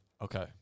Okay